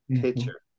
picture